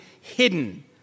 hidden